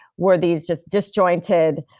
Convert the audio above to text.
were these just disjointed,